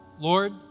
Lord